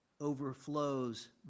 overflows